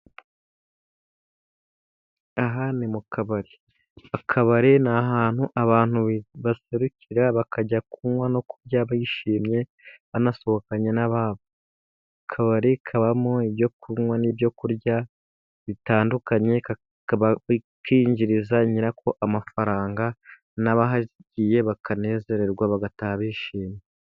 Aha ni mu kabari. Akabari ni ahantu abantu basohekera bakajya kunywa no kurya bishimye, banasohokanye n'ababo. Akabari kabamo ibyo kunywa n'ibyo kurya bitandukanye, kakaba kinjiriza nyirako amafaranga, n'abahagiye bakanezererwa baga bataha bishimye.